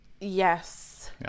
Yes